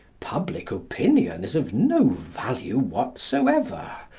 public opinion is of no value whatsoever.